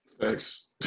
Thanks